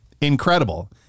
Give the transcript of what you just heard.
incredible